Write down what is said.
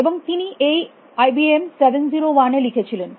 এবং তিনি এটি এই আইবিএম 701 এ লিখেছিলেন